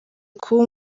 kuba